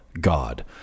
God